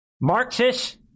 Marxist